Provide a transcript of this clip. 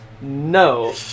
No